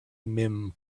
mim